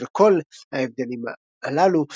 בשל כל ההבדלים הללו,